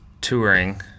touring